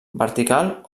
vertical